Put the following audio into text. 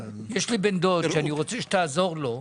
יש לי בן דוד שאני רוצה שתעזור לו,